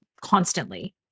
constantly